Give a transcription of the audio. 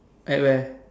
at where